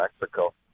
Mexico